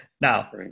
Now